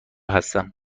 هستم